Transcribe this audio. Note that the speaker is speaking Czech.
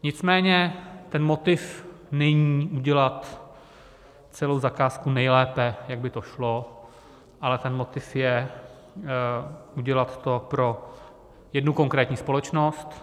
Nicméně motiv není udělat celou zakázku nejlépe, jak by to šlo, ale motiv je udělat to pro jednu konkrétní společnost.